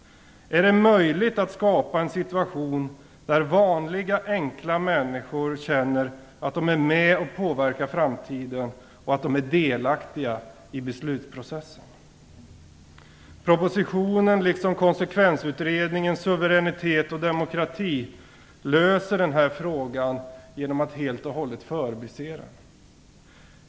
Är det möjligt att skapa en situation där vanliga, enkla människor känner att de är med och påverkar framtiden och att de är delaktiga i beslutsprocessen? Suveränitet och demokrati, löser man den här frågan genom att helt och hållet förbise den.